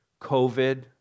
COVID